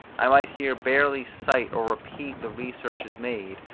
i might here barely cite or repeat the researches made,